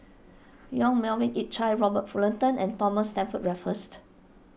Yong Melvin Yik Chye Robert Fullerton and Thomas Stamford Raffles